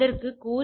33 கிடைக்கிறது